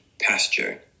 pasture